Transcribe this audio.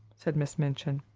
said miss minchin.